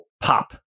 pop